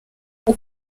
uyu